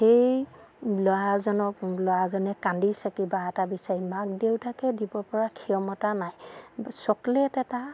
সেই ল'ৰাজনক ল'ৰাজনে কান্দিছে কিবা এটা বিচাৰি মাক দেউতাকে দিব পৰা ক্ষমতা নাই চকলেট এটা